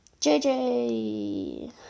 JJ